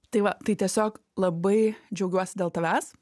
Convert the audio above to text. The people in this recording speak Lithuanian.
tai va tai tiesiog labai džiaugiuosi dėl tavęs